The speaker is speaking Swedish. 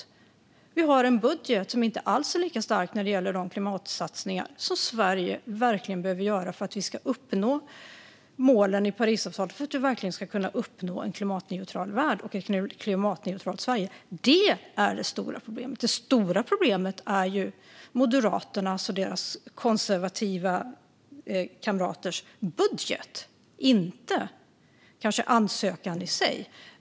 Vi i Sverige har en budget som inte alls är lika stark när det gäller de klimatsatsningar som vi verkligen behöver göra för att vi ska uppnå målen i Parisavtalet samt för att en klimatneutral värld och ett klimatneutralt Sverige ska kunna uppnås. Detta är det stora problemet. Det stora problemet är Moderaternas och deras konservativa kamraters budget, inte ansökan i sig.